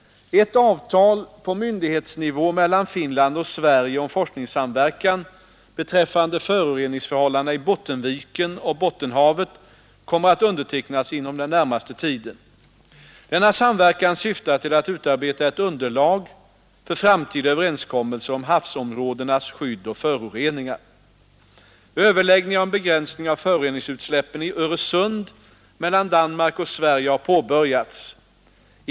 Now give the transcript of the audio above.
Ett avtal på myndighetsnivå mellan Finland och Sverige om forskningssamverkan beträffande föroreningsförhållandena i Bottenviken och Bottenhavet kommer att undertecknas inom den närmaste tiden. Denna samverkan syftar till att utarbeta ett underlag för framtida överenskommelser om havsområdenas skydd mot föroreningar. mellan Danmark och Sverige har påbörjats.